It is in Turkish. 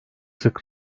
sık